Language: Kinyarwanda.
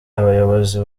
abayobozi